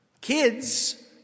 Kids